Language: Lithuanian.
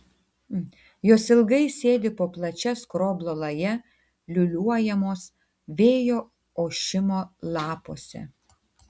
jos ilgai sėdi po plačia skroblo laja liūliuojamos vėjo ošimo lapuose